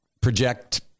project